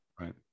right